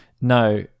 no